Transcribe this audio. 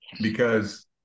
Because-